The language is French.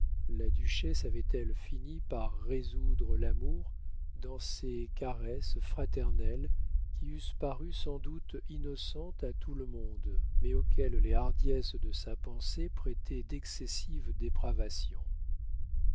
la duchesse avait-elle fini par résoudre l'amour dans ces caresses fraternelles qui eussent paru sans doute innocentes à tout le monde mais auxquelles les hardiesses de sa pensée prêtaient d'excessives dépravations